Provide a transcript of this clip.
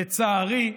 לצערי,